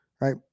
Right